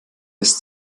ist